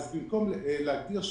במקום להגדיר שמית,